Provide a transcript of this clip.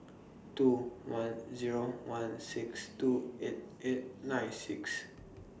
two one Zero one six two eight eight nine six